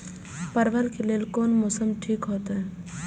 परवल के लेल कोन मौसम ठीक होते?